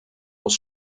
aus